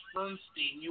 Bernstein